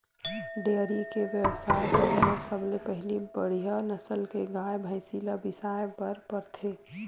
dairy के बेवसाय करे बर सबले पहिली बड़िहा नसल के गाय, भइसी ल बिसाए बर परथे